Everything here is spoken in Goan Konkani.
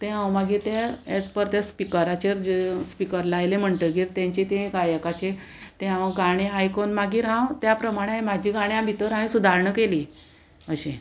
तें हांव मागीर तें एज पर त्या स्पिकराचेर जे स्पिकर लायले म्हणटगीर तेंचें तें गायकांचें तें हांव गाणें आयकून मागीर हांव त्या प्रमाणें म्हाजे गाण्या भितर हांवें सुदारणां केलीं अशें आयकतालें खंय चुकलां म्हाजें कशें हांव म्हणपाक खंय म्हाजो हें जाला वयर आवाज वयर चडोवप सकयल देंवोवप